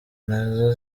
nazo